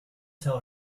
tell